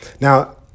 Now